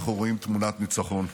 אנחנו רואים תמונת ניצחון.